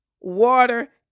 water